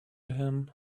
him